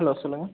hello சொல்லுங்கள்